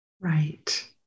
Right